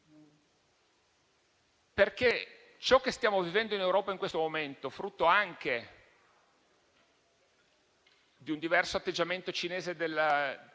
Renzi. Ciò che stiamo vivendo in Europa in questo momento, frutto anche di un diverso atteggiamento cinese degli